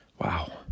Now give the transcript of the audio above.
Wow